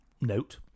note